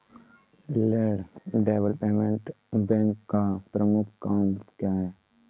Land development bank का प्रमुख काम क्या है?